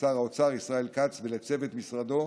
לשר האוצר ישראל כץ ולצוות משרדו,